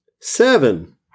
Seven